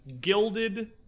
gilded